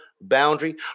boundary